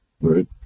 right